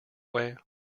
way